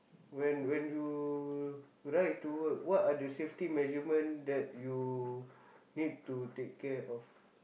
when when you ride to work what are the safety measurement that you need to take care of